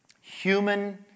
human